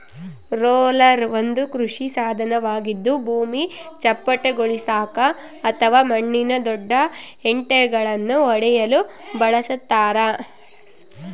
roller ಒಂದು ಕೃಷಿ ಸಾಧನವಾಗಿದ್ದು ಭೂಮಿ ಚಪ್ಪಟೆಗೊಳಿಸಾಕ ಅಥವಾ ಮಣ್ಣಿನ ದೊಡ್ಡ ಹೆಂಟೆಳನ್ನು ಒಡೆಯಲು ಬಳಸತಾರ